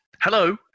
hello